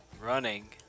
running